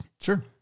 Sure